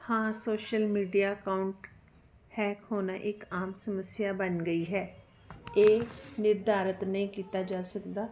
ਹਾਂ social media account hack ਹੋਣਾ ਇੱਕ ਆਮ ਸਮੱਸਿਆ ਬਣ ਗਈ ਹੈ ਇਹ ਨਿਰਧਾਰਤ ਨਹੀਂ ਕੀਤਾ ਜਾ ਸਕਦਾ